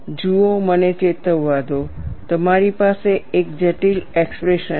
જુઓ મને ચેતવવા દો તમારી પાસે એક જટિલ એક્સપ્રેશન છે